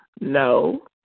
no